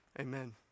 Amen